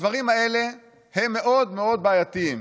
והדברים האלה הם מאוד מאוד בעייתיים.